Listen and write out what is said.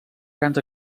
grans